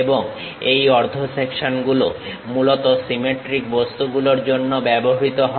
এবং এই অর্ধ সেকশনগুলো মূলত সিমেট্রিক বস্তুগুলোর জন্য ব্যবহৃত হয়